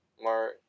more